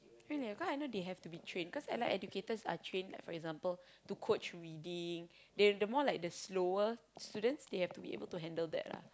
really ah cause I know they have to be train cause Allied-Educators are trained like for example to coach reading they the more like the slower students they have to be able to handle that lah